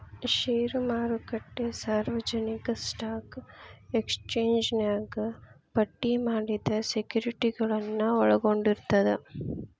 ಷೇರು ಮಾರುಕಟ್ಟೆ ಸಾರ್ವಜನಿಕ ಸ್ಟಾಕ್ ಎಕ್ಸ್ಚೇಂಜ್ನ್ಯಾಗ ಪಟ್ಟಿ ಮಾಡಿದ ಸೆಕ್ಯುರಿಟಿಗಳನ್ನ ಒಳಗೊಂಡಿರ್ತದ